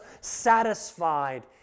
satisfied